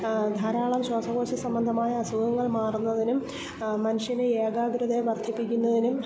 ധാരാളം ശ്വാസകോശം സംബന്ധമായ അസുഖങ്ങൾ മാറുന്നതിനും മനുഷ്യനെ ഏകാഗ്രത വർധിപ്പിക്കുന്നതിനും